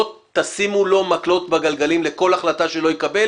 לא תשימו לו מקלות בגלגלים לכל החלטה שהוא לא יקבל?